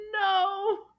no